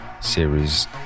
series